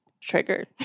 triggered